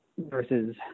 versus